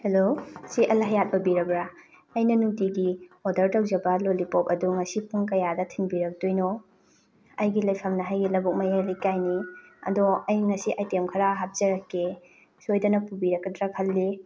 hello ꯁꯤ ꯑꯜ ꯍꯌꯥꯠ ꯑꯣꯏꯕꯤꯔꯕ꯭ꯔꯥ ꯑꯩꯅ ꯅꯨꯡꯇꯤꯒꯤ ꯑꯣꯗꯔ ꯇꯧꯖꯕ ꯂꯣꯂꯤꯄꯣꯞ ꯑꯗꯣ ꯉꯁꯤ ꯄꯨꯡ ꯀꯌꯥꯗ ꯊꯤꯟꯕꯤꯔꯛꯇꯣꯏꯅꯣ ꯑꯩꯒꯤ ꯂꯩꯐꯝꯅ ꯍꯩꯌꯦꯜ ꯂꯕꯨꯛ ꯃꯌꯥꯏ ꯂꯩꯀꯥꯏꯅꯤ ꯑꯗꯣ ꯑꯩ ꯉꯁꯤ ꯑꯥꯏꯇꯦꯝ ꯈꯔ ꯍꯥꯞꯆꯔꯛꯀꯦ ꯁꯣꯏꯗꯅ ꯄꯨꯕꯤꯔꯛꯀꯗ꯭ꯔꯥ ꯈꯜꯂꯤ